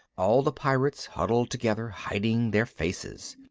all the pirates huddled together, hiding their faces.